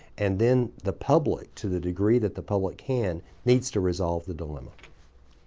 and then the public to the degree that the public can needs to resolve the dilemma.